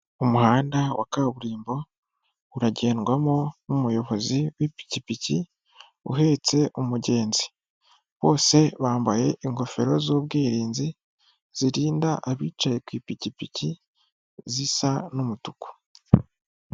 Umuhanda wa kaburimbo uragendwamo n'umuyobozi w'ipikipiki uhetse umugenzi bose bambaye ingofero z'ubwirinzi zirinda abicaye ku ipikipiki zisa n'umutuku.